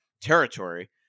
territory